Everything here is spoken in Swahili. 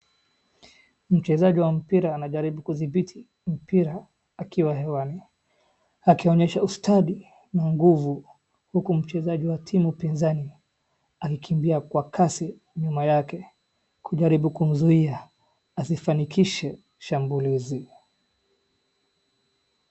Mchezaji wa mpira anajaribu kuthibiti mpira akiwa hewani, akionyesha ustadi na nguvu, huku mchezaji wa timu pinzani akikimbia kwa kasi nyuma yake kujaribu kumzuia asifanikishe shambulizi.